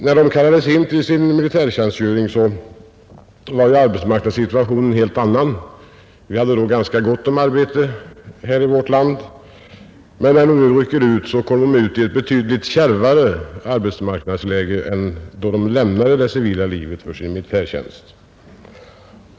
När de kallades in till sin militärtjänstgöring var arbetsmarknadssituationen som bekant en helt annan. Vi hade då ganska gott om arbete i vårt land. Men när de rycker ut möter de ett betydligt kärvare arbetsmarknadsläge än då de lämnade det civila livet för sin militärtjänst.